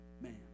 man